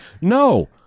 no